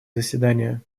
заседания